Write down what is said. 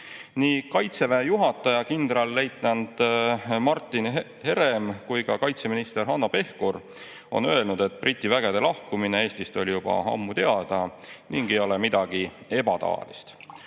Nii Kaitseväe juhataja kindralleitnant Martin Herem kui ka kaitseminister Hanno Pevkur on öelnud, et Briti vägede Eestist lahkumine oli juba ammu teada ning see ei ole midagi ebatavalist.